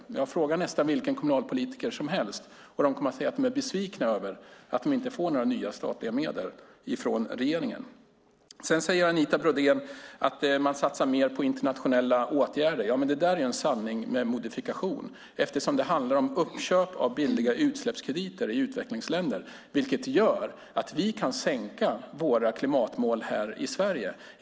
Fråga nästan vilka kommunalpolitiker som helst, och de kommer att säga att de är besvikna över att de inte får några nya statliga medel från regeringen. Anita Brodén säger att man satsar mer på internationella åtgärder. Det där är en sanning med modifikation. Det handlar om uppköp av billiga utsläppskrediter i utvecklingsländer, vilket gör att vi kan sänka våra klimatmål här i Sverige.